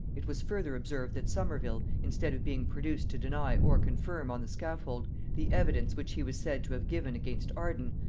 it was further observed that somerville, instead of being produced to deny or confirm on the scaffold the evidence which he was said to have given against arden,